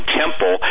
temple